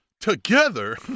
together